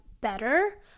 better